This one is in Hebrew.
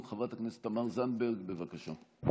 חברת הכנסת תמר זנדברג, בבקשה.